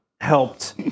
helped